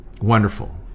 wonderful